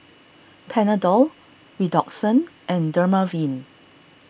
Panadol Redoxon and Dermaveen